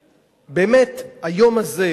שבאמת היום הזה,